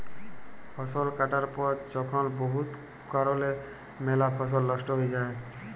ফসল কাটার পর যখল বহুত কারলে ম্যালা ফসল লস্ট হঁয়ে যায়